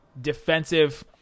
defensive